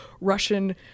russian